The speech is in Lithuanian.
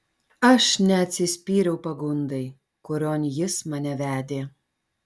aš neatsispyriau pagundai kurion jis mane vedė